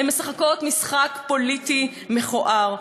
הן משחקות משחק פוליטי מכוער.